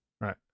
Right